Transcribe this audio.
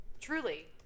truly